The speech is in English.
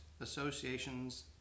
associations